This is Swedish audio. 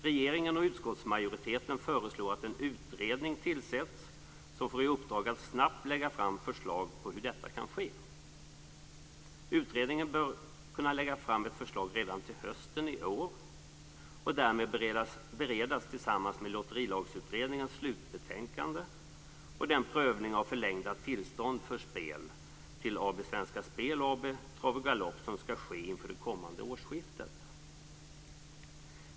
Regeringen och utskottsmajoriteten föreslår att en utredning tillsätts som får i uppdrag att snabbt lägga fram förslag om hur detta kan ske. Utredningen bör kunna lägga fram ett förslag till hösten och därmed beredas tillsammans med Lotterilagsutredningens slutbetänkande och den prövning av förlängda tillstånd för spel till AB Svenska Spel och AB Trav och Galopp som skall ske inför det kommande årsskiftet.